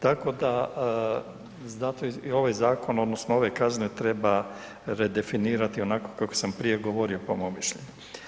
Tako da zato i onaj zakon odnosno ove kazne treba redefinirati onako kako sam prije govorio po mom mišljenju.